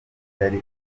yari